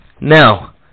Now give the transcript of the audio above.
Now